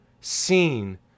seen